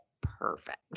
perfect